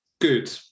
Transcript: Good